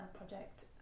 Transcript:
Project